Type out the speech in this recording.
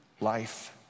life